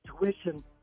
tuition